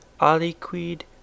aliquid